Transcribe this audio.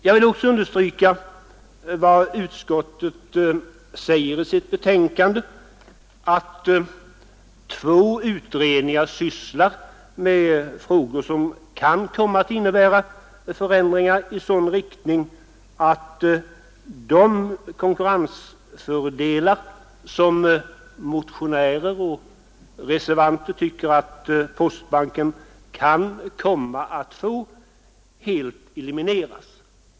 Jag vill också understryka vad utskottet skriver i sitt betänkande, nämligen att två utredningar sysslar med frågor som kan innebära förändringar i sådan riktning att de konkurrensfördelar, som motionärer och reservanter tycker att postbanken kan komma att få, helt elimineras.